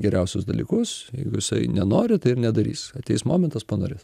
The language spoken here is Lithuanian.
geriausius dalykus jeigu jisai nenori tai ir nedarys ateis momentas panorės